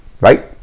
right